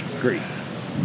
grief